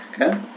Okay